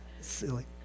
Silly